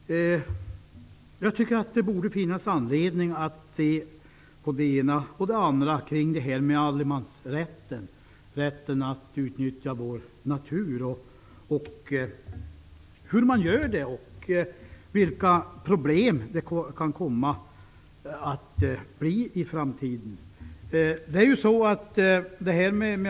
Jag tycker att det borde finnas anledning att se på det ena och det andra kring allemansrätten; rätten att utnyttja vår natur, hur man gör det och vilka problem det kan komma att föra med sig i framtiden.